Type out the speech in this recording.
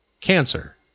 cancer